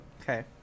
Okay